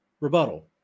rebuttal